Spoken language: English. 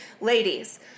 ladies